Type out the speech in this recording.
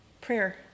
prayer